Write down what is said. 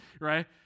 right